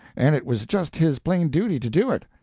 and it was just his plain duty to do it.